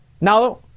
Now